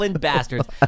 bastards